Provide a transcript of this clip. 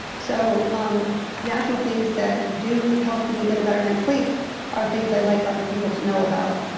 so um natural things that do help me get a better night's sleep are things i like other people to know about.